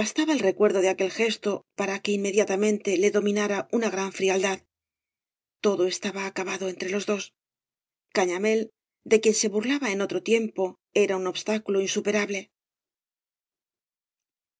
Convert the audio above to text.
bastaba el re cuerdo de aquel gesto para que inmediatamente le dominara una gran frialdad todo estaba acabado entre los dos cañamél de quien se burlaba en otro tiempo era un obstáculo insuperable